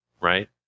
right